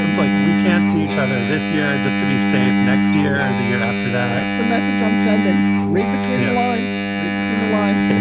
and like we can't see each other this year just to be safe next year, the year after that the message i'm sending read between the lines, read between the lines,